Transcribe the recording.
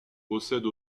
possède